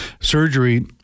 surgery